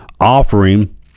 offering